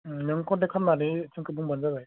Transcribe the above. उम नों कनटेक्ट खालामनानै जोंखो बुंबानो जाबाय